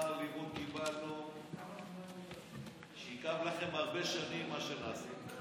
שכר לימוד קיבלנו שיכאב לכם הרבה שנים, מה שנעשה,